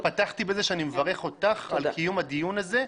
פתחתי בזה שאני מברך אותך על קיום הדיון הזה,